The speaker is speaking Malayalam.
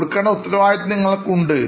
കൊടുക്കേണ്ട ഉത്തരവാദിത്വം നിങ്ങൾക്ക് ഉണ്ട്